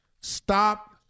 Stop